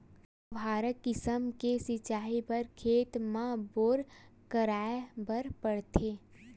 फव्हारा किसम के सिचई बर खेत म बोर कराए बर परथे